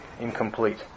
incomplete